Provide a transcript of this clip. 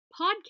podcast